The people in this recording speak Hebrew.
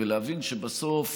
ולהבין שבסוף,